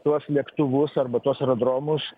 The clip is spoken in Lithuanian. tuos lėktuvus arba tuos aerodromus